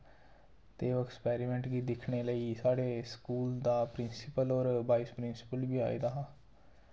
ते ओह् एक्सपेरिमेंट गी दिक्खने लेई साढ़े स्कूल दा प्रिंसिपल होर वाइस प्रिंसिपल बी आए दा हा